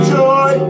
joy